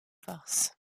force